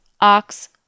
Ox